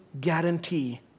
guarantee